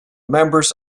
members